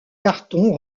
cartons